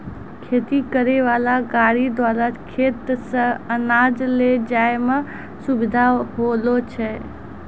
खेती करै वाला गाड़ी द्वारा खेत से अनाज ले जाय मे सुबिधा होलो छै